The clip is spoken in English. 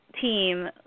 team